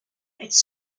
its